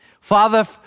Father